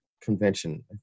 convention